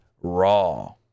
raw